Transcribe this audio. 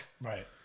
Right